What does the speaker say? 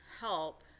help